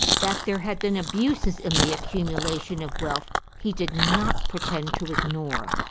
that there had been abuses in the accumulation of wealth he did not pretend to ignore,